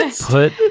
Put